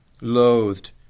loathed